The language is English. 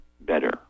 better